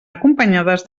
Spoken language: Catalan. acompanyades